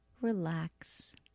relax